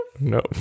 No